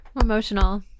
Emotional